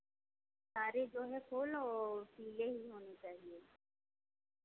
सारे जो है फूल यही होने चाहिए